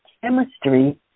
chemistry